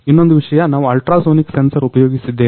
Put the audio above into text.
ಇನ್ನೊಂದು ವಿಷಯ ನಾವು ಅಲ್ಟ್ರಾ ಸೋನಿಕ್ ಸೆನ್ಸರ್ ಉಪಯೋಗಿಸಿದ್ದೇವೆ